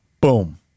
Boom